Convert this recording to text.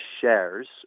shares